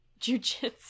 jujitsu